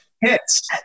hits